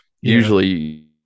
usually